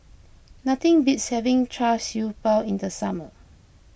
nothing beats having Char Siew Bao in the summer